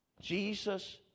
Jesus